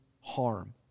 harm